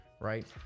Right